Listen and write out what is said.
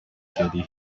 keri